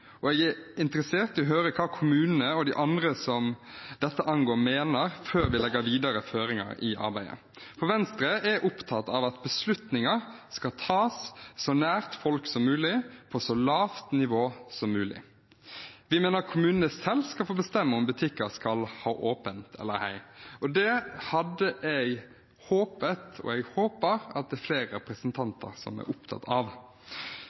Jeg er interessert i å høre hva kommunene og de andre som dette angår, mener, før vi legger videre føringer i arbeidet, for Venstre er opptatt av at beslutninger skal tas så nær folk som mulig, på et så lavt nivå som mulig. Vi mener kommunene selv skal få bestemme om butikker skal holde åpent eller ei. Det hadde jeg håpet – og håper – at det er flere representanter som er opptatt av.